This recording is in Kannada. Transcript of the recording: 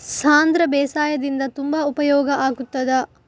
ಸಾಂಧ್ರ ಬೇಸಾಯದಿಂದ ತುಂಬಾ ಉಪಯೋಗ ಆಗುತ್ತದಾ?